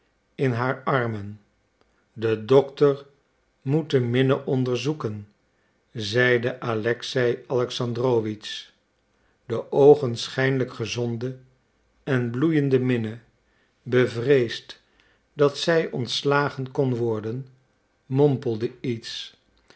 in haar armen de dokter moet de minne onderzoeken zeide alexei alexandrowitsch de oogenschijnlijk gezonde en bloeiende minne bevreesd dat zij ontslagen kon worden mompelde iets